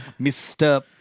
Mr